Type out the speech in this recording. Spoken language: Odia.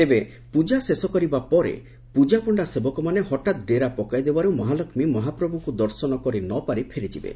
ତେବେ ପୂଜା ଶେଷ କରିବା ପରେ ପୂଜାପଶ୍ଡା ସେବକମାନେ ହଠାତ୍ ଡେରା ପକାଇଦେବାରୁ ମହାଲକ୍ଷୀ ମହାପ୍ରଭୁଙ୍କୁ ଦର୍ଶନ କରିନପାରି ଫେରିଯିବେ